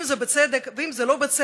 אם זה בצדק ואם זה לא בצדק.